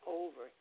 over